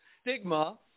Stigma